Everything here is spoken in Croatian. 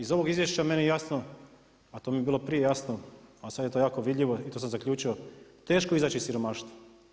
Iz ovog izvješća meni je jasno, a to mi je bilo prije jasno, a sad je to jako vidljivo i to sam zaključio teško je izaći iz siromaštva.